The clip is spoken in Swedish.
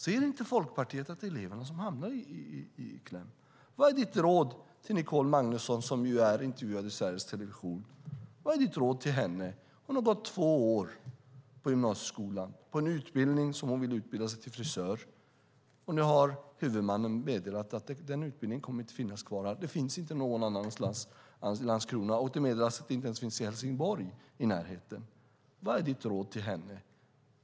Ser inte Folkpartiet att det är eleverna som hamnar i kläm? Vad är ditt råd till Nicole Magnusson som intervjuades i Sveriges Television? Vad är ditt råd till henne? Hon har gått två år i gymnasieskolan på en utbildning där hon vill utbilda sig till frisör. Nu har huvudmannen meddelat att den utbildningen inte kommer att finnas kvar. Den finns inte någon annanstans i Landskrona. Det meddelas att den utbildningen inte ens finns i Helsingborg som ligger i närheten. Vad är ditt råd till henne?